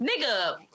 nigga